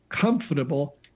comfortable